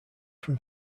from